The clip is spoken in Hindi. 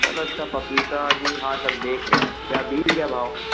चलो अच्छा पपीता भी हाँ सब देख रए हैं क्या बिकरी क्या भाव